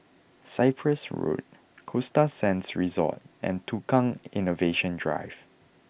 Cyprus Road Costa Sands Resort and Tukang Innovation Drive